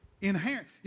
inherent